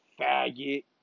faggot